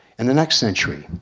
and the next century,